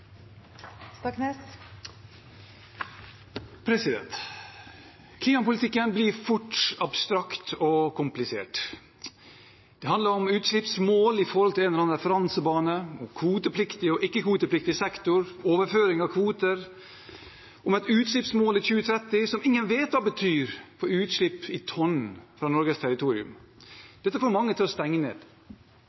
omme. Klimapolitikken blir fort abstrakt og komplisert. Det handler om utslippsmål i forhold til en eller annen referansebane, kvotepliktig og ikke-kvotepliktig sektor, overføring av kvoter og et utslippsmål i 2030 som ingen vet hva betyr for utslipp i tonn fra Norges territorium. Dette får mange til å stenge ned.